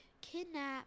kidnap